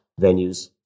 venues